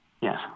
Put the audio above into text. Yes